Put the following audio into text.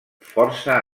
força